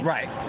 Right